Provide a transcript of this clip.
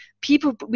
People